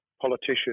politician